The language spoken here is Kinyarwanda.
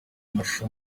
amashusho